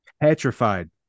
petrified